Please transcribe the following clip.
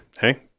Hey